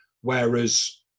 Whereas